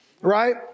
right